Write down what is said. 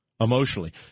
Emotionally